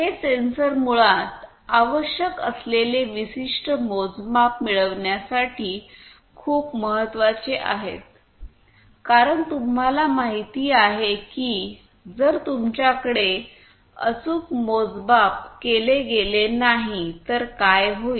हे सेन्सर मुळात आवश्यक असलेले विशिष्ट मोजमाप मिळविण्यासाठी खूप महत्वाचे आहेत कारण तुम्हाला माहिती आहे की जर तुमच्याकडे अचूक मोजमाप केले गेले नाही तर काय होईल